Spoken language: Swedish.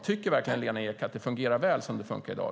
Tycker verkligen Lena Ek att det fungerar väl som det funkar i dag?